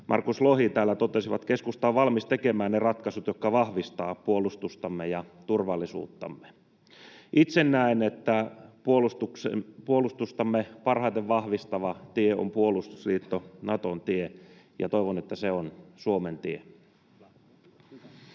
Markus Lohi täällä totesivat, keskusta on valmis tekemään ne ratkaisut, jotka vahvistavat puolustustamme ja turvallisuuttamme. Itse näen, että puolustustamme parhaiten vahvistava tie on puolustusliitto Naton tie, ja toivon, että se on Suomen tie.